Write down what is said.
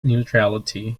neutrality